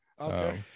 okay